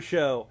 Show